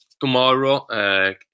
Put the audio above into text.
tomorrow